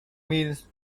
means